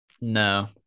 No